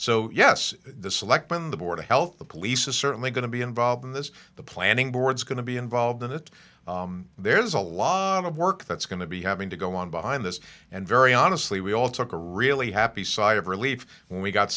so yes the selectmen the board of health the police is certainly going to be involved in this the planning board is going to be involved in it there's a lot of work that's going to be having to go on behind this and very honestly we all took a really happy sigh of relief when we got